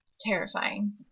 Terrifying